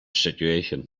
situation